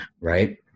right